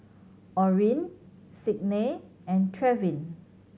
Orin Signe and Trevin